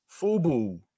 fubu